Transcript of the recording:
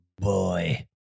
boy